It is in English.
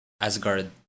Asgard